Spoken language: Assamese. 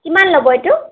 কিমান ল'ব এইটো